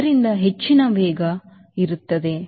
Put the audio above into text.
ಆದ್ದರಿಂದ ಹೆಚ್ಚಿನ ವೇಗ ಹೆಚ್ಚಳ ಇರುತ್ತದೆ